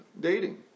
dating